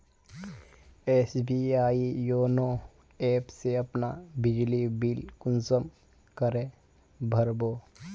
SBI YONO app से अपना बिजली बिल कुंसम करे भर बो?